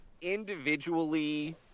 individually